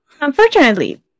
Unfortunately